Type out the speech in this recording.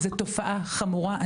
זו תופעה חמורה.